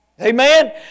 Amen